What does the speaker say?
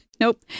nope